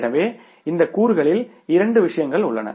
எனவே இந்த கூறுகளில் இரண்டு விஷயங்கள் உள்ளன